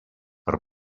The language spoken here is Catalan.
per